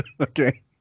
Okay